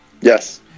Yes